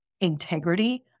integrity